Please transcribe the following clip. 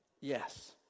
Yes